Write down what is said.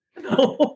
No